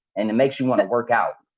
and it makes you wanna work out.